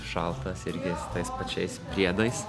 šaltas irgi tais pačiais priedais